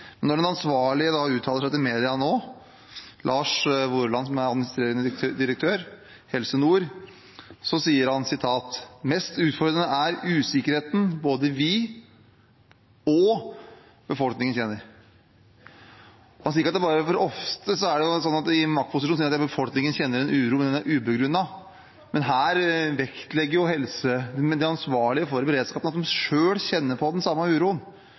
en ansvarlig uttaler seg til media, administrerende direktør Lars Vorland i Helse Nord, sier han: «Det mest utfordrende er usikkerheten både vi og befolkningen føler». Ofte sier man i maktposisjon at befolkningen kjenner en uro, men at uroen er ubegrunnet. Men her vektlegger de ansvarlige for beredskapen at de selv kjenner på den samme uroen.